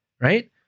right